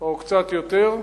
או קצת יותר,